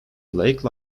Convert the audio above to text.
lake